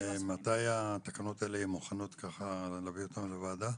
ומתי התקנות האלה יהיו מוכנות להביא אותן לוועדה?